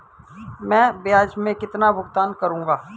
मैं ब्याज में कितना भुगतान करूंगा?